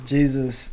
Jesus